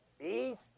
east